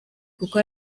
kuko